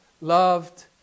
loved